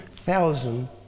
thousand